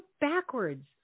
backwards